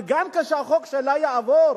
אבל כשהחוק שלה יעבור,